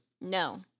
No